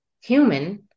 human